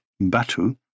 Batu